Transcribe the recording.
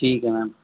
ਠੀਕ ਹੈ ਮੈਮ